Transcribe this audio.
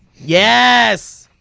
yes!